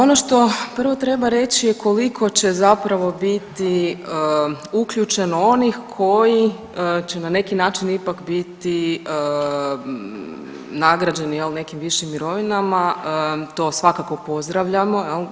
Ono što prvo treba reći je koliko će zapravo biti uključeno onih koji će na neki način ipak biti nagrađeni nekim višim mirovinama, to svakako pozdravljamo.